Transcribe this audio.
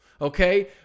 okay